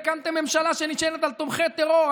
הקמתם ממשלה שנשענת על תומכי טרור,